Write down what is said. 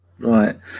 Right